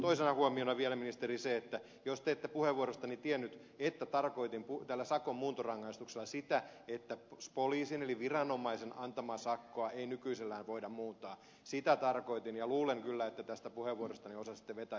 toisena huomiona vielä ministeri se että jos te ette puheenvuorostani tiennyt että tarkoitin tällä sakon muuntorangaistuksella sitä että poliisin eli viranomaisen antamaa sakkoa ei nykyisellään voida muuntaa sitä tarkoitin ja luulen kyllä että tästä puheenvuorostani osasitte vetää johtopäätökset siihen